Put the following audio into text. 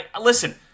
listen